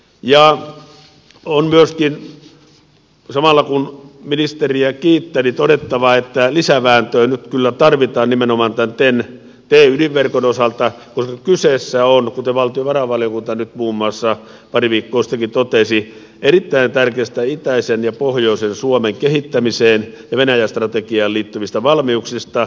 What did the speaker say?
on myöskin samalla kun ministeriä kiittää todettava että lisävääntöä nyt kyllä tarvitaan nimenomaan tämän ten t ydinverkon osalta koska kyse on kuten valtiovarainvaliokunta nyt muun muassa pari viikkoa sitten totesi erittäin tärkeistä itäisen ja pohjoisen suomen kehittämiseen ja venäjä strategiaan liittyvistä valmiuksista